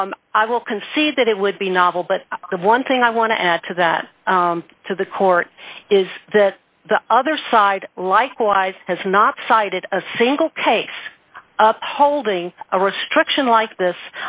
i will concede that it would be novel but the one thing i want to add to that to the court is that the other side likewise has not cited a single case of holding a restriction like this